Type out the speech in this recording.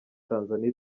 tanzania